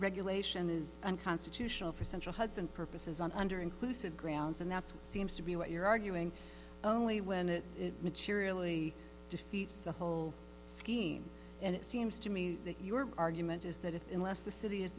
regulation is unconstitutional for central hudson purposes and under inclusive grounds and that's seems to be what you're arguing only when it materially defeats the whole scheme and it seems to me that your argument is that if unless the city